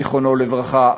זיכרונו לברכה,